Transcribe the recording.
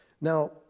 Now